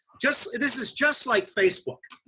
just, this is just like facebook,